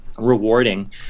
Rewarding